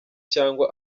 cyangwa